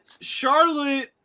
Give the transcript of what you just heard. Charlotte